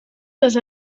les